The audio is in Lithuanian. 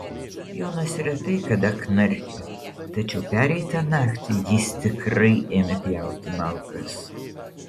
jonas retai kada knarkia tačiau pereitą naktį jis tikrai ėmė pjauti malkas